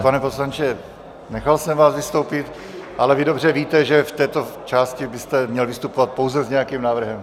Pane poslanče, nechal jsem vás vystoupit, ale vy dobře víte, že v této části byste měl vystupovat pouze s nějakým návrhem.